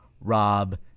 Rob